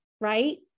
right